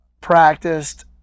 practiced